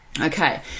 Okay